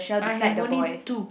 I have only two